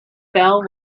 fell